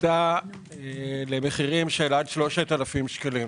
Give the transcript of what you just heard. עלתה למחירים של עד 3,000 שקלים.